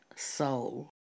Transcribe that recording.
Soul